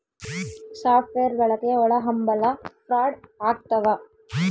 soft wear ಬಳಕೆ ಒಳಹಂಭಲ fraud ಆಗ್ತವ